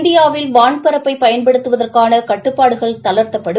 இந்தியாவில் வான்பரப்பை பயன்படுத்துவதற்கான கட்டுப்பாடுகள் தளா்த்தப்படும்